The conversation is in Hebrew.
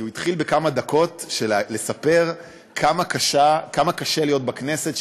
כי הוא התחיל בכמה דקות לספר כמה קשה להיות בכנסת,